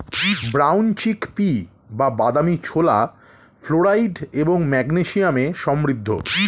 brown chickpea বা বাদামী ছোলা ফ্লোরাইড এবং ম্যাগনেসিয়ামে সমৃদ্ধ